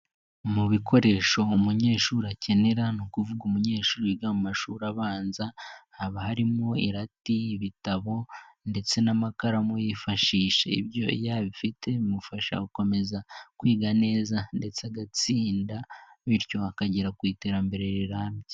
Mu bikoresho umunyeshuri akenera ni ukuvuga umunyeshuri wiga mu mashuri abanza haba harimo; irati, ibitabo, ndetse n'amakaramu yifashisha. Ibyo iyo abifite bimufasha gukomeza kwiga neza ndetse agatsinda bityo akagera ku iterambere rirambye.